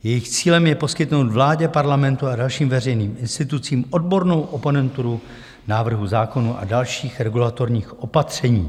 Jejich cílem je poskytnout vládě, Parlamentu a dalším veřejným institucím odbornou oponenturu návrhů zákonů a dalších regulatorních opatření.